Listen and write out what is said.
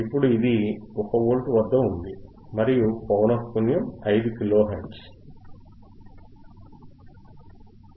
ఇప్పుడు ఇది 1 వోల్ట్ వద్ద ఉంది మరియు పౌనఃపున్యం 5 కిలో హెర్ట్జ్